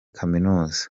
kaminuza